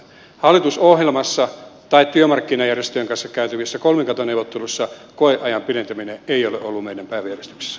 hallitusohjelmassa tai työmarkkinajärjestöjen kanssa käytävissä kolmikantaneuvotteluissa koeajan pidentäminen ei ole ollu minä ja yks